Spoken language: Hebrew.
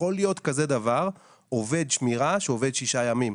להיות כזה דבר עובד שמירה שעובד שישה ימים.